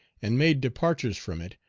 and made departures from it,